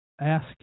Ask